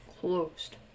closed